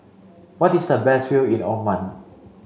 what is the best view in Oman